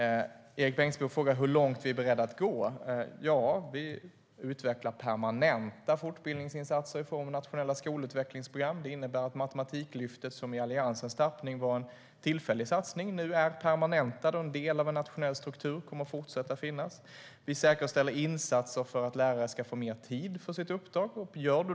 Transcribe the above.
Erik Bengtzboe frågar hur långt vi är beredda att gå. Vi vill utveckla permanenta fortbildningsinsatser i form av nationella skolutvecklingsprogram. Det innebär att Matematiklyftet, som i Alliansens tappning var en tillfällig satsning, nu är permanentad som en del av en nationell struktur och därmed kommer att fortsätta finnas. Vi säkerställer insatser för att lärare ska få mer tid för sitt uppdrag.